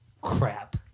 Crap